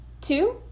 Two